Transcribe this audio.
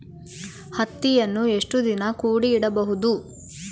ಹತ್ತಿಯನ್ನು ಎಷ್ಟು ದಿನ ಕೂಡಿ ಇಡಬಹುದು?